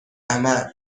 احمر